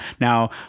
Now